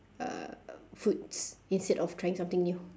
uh foods instead of trying something new